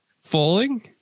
Falling